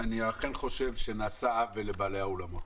אני אכן חושב שנעשה עוול לבעלי האולמות.